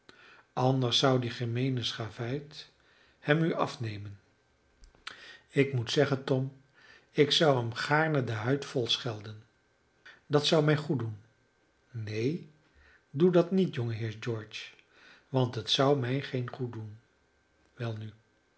anders zou die gemeene schavuit hem u afnemen ik moet zeggen tom ik zou hem gaarne de huid vol schelden dat zou mij goed doen neen doe dat niet jongeheer george want het zou mij geen goed doen welnu